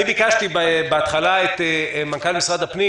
אני ביקשתי בהתחלה את מנכ"ל משרד הפנים